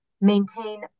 maintain